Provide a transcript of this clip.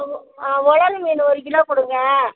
உலரு மீன் ஒரு கிலோ கொடுங்க